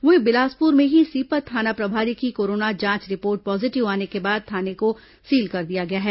वहीं बिलासपुर में ही सीपत थाना प्रभारी की कोरोना जांच रिपोर्ट पॉजीटिव आने के बाद थाने को सील कर दिया गया है